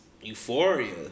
euphoria